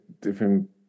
different